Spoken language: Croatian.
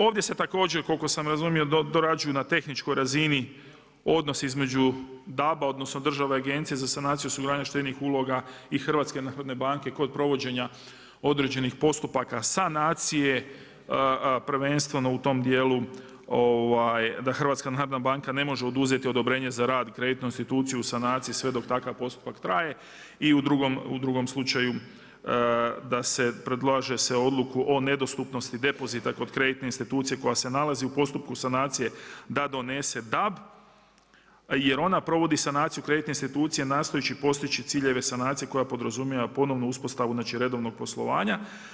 Ovdje se također koliko sam razumio, dorađuju na tehničkoj razini odnos između DAB-a odnosno Državne agencije za sanaciju osiguranja štednih uloga i HNB-a kod provođenja određenih postupaka sanacije prvenstveno u tom djelu da HNB ne može oduzeti odobrenje za rad kreditnoj instituciji u sanaciju sve dok takav postupak traje i u drugom slučaju da se predlaže odluku od nedostupnosti depozita kod kreditne institucije koja se nalazi u postupku sanacije da donese DAB jer ona provodi sanaciju kreditne institucije nastojeći postići ciljeve sanacije koja podrazumijeva ponovnu uspostavu znači redovnog poslovanja.